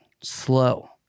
slow